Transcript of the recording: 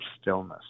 stillness